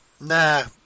Nah